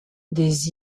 des